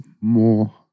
more